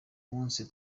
munsi